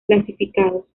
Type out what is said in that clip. clasificados